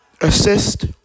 Assist